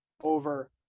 over